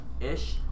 ish